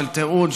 של תיעוד,